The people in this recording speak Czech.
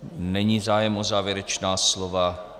Není zájem o závěrečná slova.